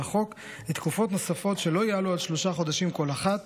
החוק לתקופות נוספות שלא יעלו על שלושה חודשים כל אחת,